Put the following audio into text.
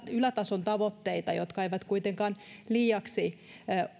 ylätason tavoitteita jotka eivät kuitenkaan liiaksi